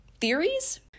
theories